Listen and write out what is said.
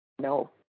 No